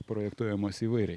projektuojamos įvairiai